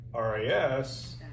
RIS